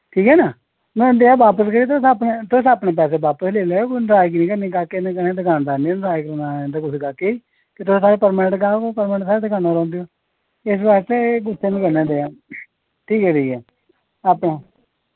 ठीक ऐ ना मैं उं'दे हा बापस ते तुस अपने तुस अपने पैसे बापस लेई लैओ कोई नराजगी नी करनी ग्राके कन्नै दुकानदार नी नराज इं'दे कुसे ग्राके ते तुस साढ़े परमानेंट ग्राक ओ परमानेंट साढ़ी दुकाना पर औंदे ओ इस वास्तै एह् गुस्सा नी करना चाहिदा ठीक ऐ ठीक ऐ अपना